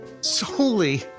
solely